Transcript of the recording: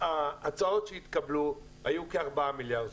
ההצעות שהתקבלו היו כארבעה מיליארד שקלים.